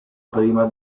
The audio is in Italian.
prima